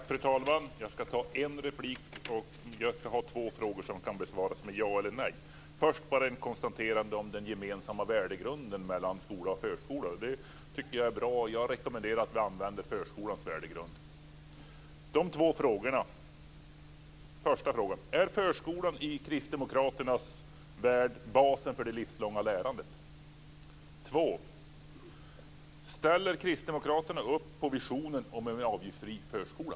Fru talman! Jag ska ta en replik, och jag har två frågor som kan besvaras med ja eller nej. Först har jag ett konstaterande om den gemensamma värdegrunden mellan skola och förskola. Jag rekommenderar att vi använder förskolans värdegrund. Sedan var det de två frågorna. Första frågan: Är förskolan i kristdemokraternas värld basen för det livslånga lärandet? Andra frågan: Ställer kristdemokraterna upp på visionen om en avgiftsfri förskola?